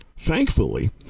Thankfully